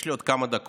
יש לי עוד כמה דקות